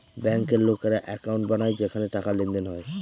ব্যাঙ্কের লোকেরা একাউন্ট বানায় যেখানে টাকার লেনদেন হয়